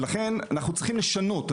לכן, אנחנו צריכים לשנות.